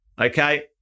Okay